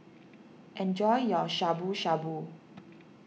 enjoy your Shabu Shabu